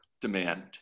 demand